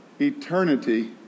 Eternity